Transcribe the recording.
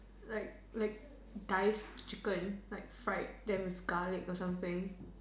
like like diced chicken like fried them with garlic or something